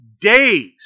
days